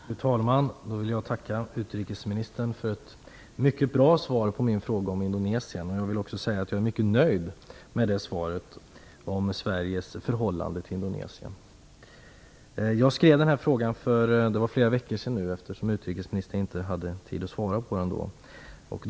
Fru talman! Jag vill tacka utrikesministern för ett mycket bra svar på min fråga om Indonesien. Jag vill också säga att jag är mycket nöjd med svaret om Jag skrev frågan för flera veckor sedan, men utrikesministern har inte haft tid att svara på den tidigare.